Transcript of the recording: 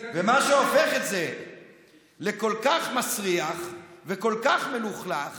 ומה שהופך את זה לכל כך מסריח וכל כך מלוכלך